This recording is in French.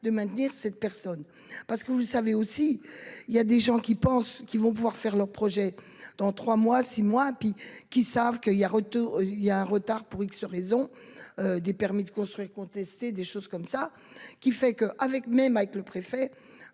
de maintenir cette personne parce que vous savez aussi il y a des gens qui pensent qu'ils vont pouvoir faire leurs projets dans 3 mois 6 mois puis qui savent qu'il y a retour il y a un retard pour X raison. Des permis de construire, contesté, des choses comme ça qui fait que, avec même avec le préfet.